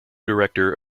director